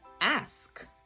ask